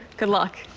good luck.